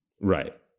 right